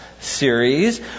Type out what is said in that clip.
series